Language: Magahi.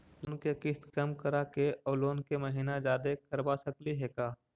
लोन के किस्त कम कराके औ लोन के महिना जादे करबा सकली हे का?